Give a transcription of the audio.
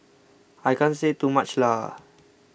I can't say too much lah